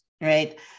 right